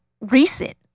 recent